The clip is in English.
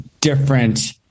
different